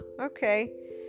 okay